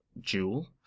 Jewel